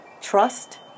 Trust